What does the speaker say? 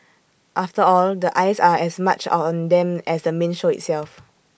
after all the eyes are as much are on them as the main show itself